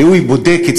והוא בודק את